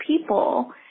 people